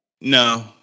No